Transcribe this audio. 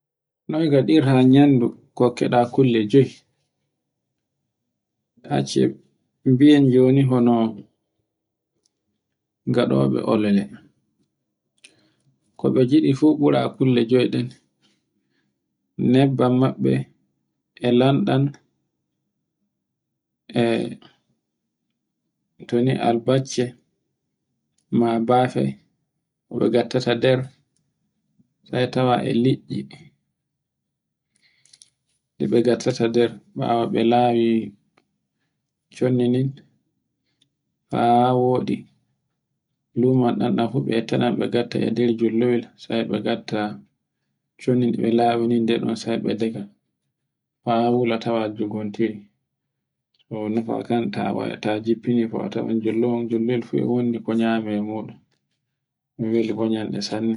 Enon yan dolleji ɗe non ko ɓuri hewugo fu himbe famanaiɗi na annda noye ɗi gollirte. E nder majji a tawa ira lacciri en, e wasawasa ko bon fama ni ɗun ko baɗe wawani. Ko hewi yaɗu e ki gala fu bote ender bandu. Ta nderi wona fakka majjie ɗuɗi sanne e nder bandu kanju kanje ma sembe ɗi gatta ta e ɓandu.